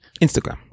Instagram